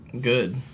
Good